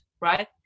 right